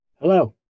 Hello